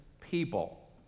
people